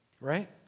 right